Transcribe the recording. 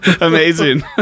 Amazing